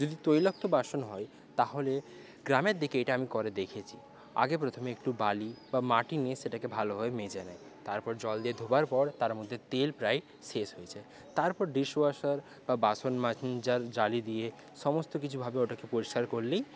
যদি তৈলাক্ত বাসন হয় তাহলে গ্রামের দিকে এটা আমি করে দেখেছি আগে প্রথমে একটু বালি বা মাটি নিয়ে সেটাকে ভালোভাবে মেজে নেয় তারপর জল দিয়ে ধোবার পর তার মধ্যে তেল প্রায় শেষ হয়ে যায় তারপর ডিসওয়াসার বা বাসন মাজার জালি দিয়ে সমস্ত কিছুভাবে ওটাকে পরিষ্কার করলেই